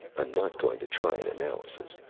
i'm not going to try an analysis,